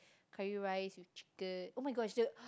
curry rice with chicken oh-my-god the